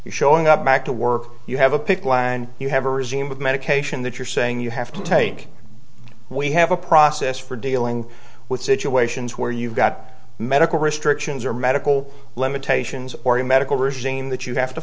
you're showing up back to work you have a pick land you have a regime of medication that you're saying you have to take we have a process for dealing with situations where you've got medical restrictions or medical limitations or a medical regime that you have to